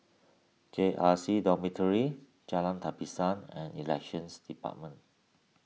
J R C Dormitory Jalan Tapisan and Elections Department